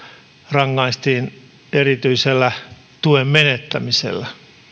rangaistiin erityisellä tuen menettämisellä